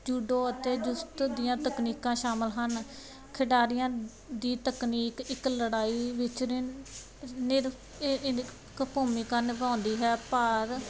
judo ਤੇ ਜੁਸਤ ਦੀਆਂ ਤਕਨੀਕਾਂ ਸ਼ਾਮਿਲ ਹਨ ਖਿਡਾਰੀਆਂ ਦੀ ਤਕਨੀਕ ਇੱਕ ਲੜਾਈ ਵਿਚ ਭੂਮਿਕਾ ਨਿਭਾਉਂਦੀ ਹੈ ਭਾਰ